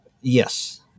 Yes